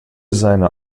seiner